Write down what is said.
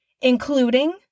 including